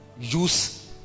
use